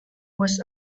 was